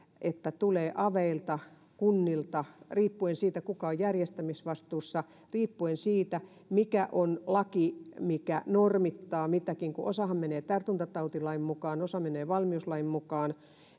että tulee ohjeita aveilta kunnilta riippuen siitä kuka on järjestämisvastuussa riippuen siitä mikä on laki mikä normittaa mitäkin kun osahan menee tartuntatautilain mukaan osa menee valmiuslain mukaan